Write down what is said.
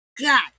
god